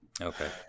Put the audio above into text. Okay